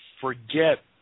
forget